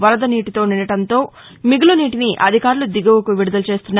వరద నీటితో నిందడంతో మిగులు నీటిని అధికారులు దిగువకు విదుదల చేస్తున్నారు